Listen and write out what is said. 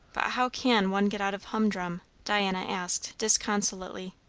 how can one get out of humdrum? diana asked disconsolately.